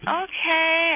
okay